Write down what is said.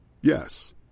Yes